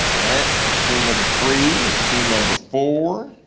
all right, there's team number three, team number four,